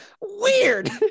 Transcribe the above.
Weird